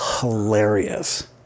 hilarious